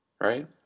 right